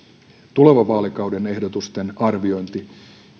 tulevan vaalikauden ehdotusten arviointi